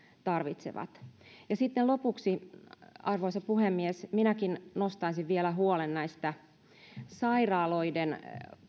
tarvitsevat sitten lopuksi arvoisa puhemies minäkin nostaisin vielä huolen sairaaloiden